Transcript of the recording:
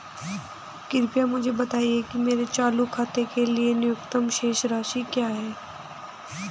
कृपया मुझे बताएं कि मेरे चालू खाते के लिए न्यूनतम शेष राशि क्या है